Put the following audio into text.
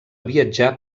viatjar